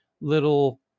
little